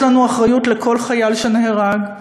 יש לנו אחריות לכל חייל שנהרג,